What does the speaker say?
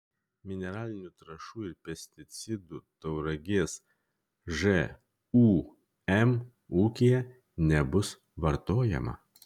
mineralinių trąšų ir pesticidų tauragės žūm ūkyje nebus vartojama